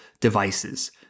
devices